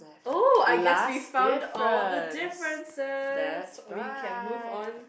oh I guess we've found all the differences we can move on